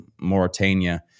Mauritania